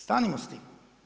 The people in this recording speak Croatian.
Stanimo s tim.